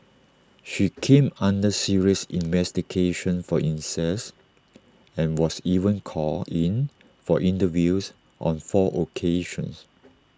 she came under serious investigation for incest and was even called in for interviews on four occasions